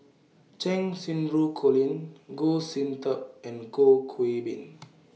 Cheng Xinru Colin Goh Sin Tub and Goh Qiu Bin